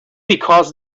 because